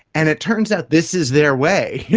and it turns out this is their way,